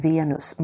Venus